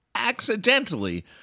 accidentally